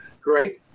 great